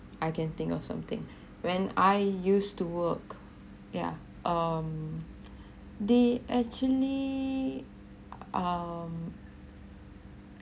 I can think of something when I used to work yeah um they actually um